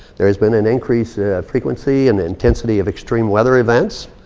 there's been an increase in frequency and intensity of extreme weather events.